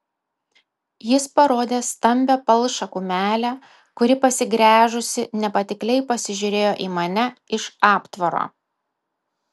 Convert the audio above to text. jis parodė stambią palšą kumelę kuri pasigręžusi nepatikliai pasižiūrėjo į mane iš aptvaro